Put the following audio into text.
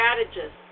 strategist